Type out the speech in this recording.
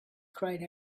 cried